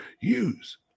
use